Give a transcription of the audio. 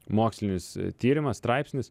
mokslinis tyrimas straipsnis